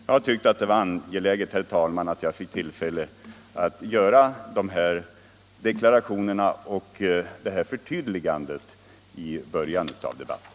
Jag har tyckt att det var angeläget, herr talman, att jag fick tillfälle att göra dessa deklarationer och detta förtydligande i början av debatten.